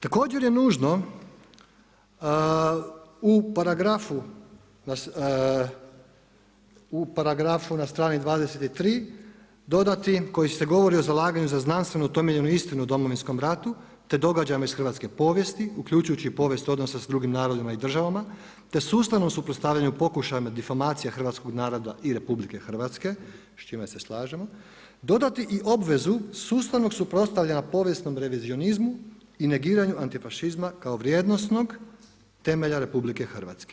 Također je nužno u paragrafu na strani 23 dodati, koji se govori o zalaganju za znanstvenu utemeljenu istinu o Domovinskom ratu, te događajima iz hrvatske povijesti, uključujući i povijest odnosa sa drugim narodima i državama, te sustavnom suprotstavljanju pokušajima difamacije hrvatskog naroda i RH, s čime se slažemo, dodati i obvezu sustavnog suprotstavljanja na povijesnom revizionizmu i negiranju antifašizma kao vrijednosnog temelja RH.